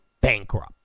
bankrupt